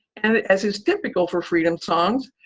and as is typical for freedom songs,